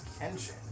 Kenshin